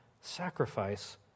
sacrifice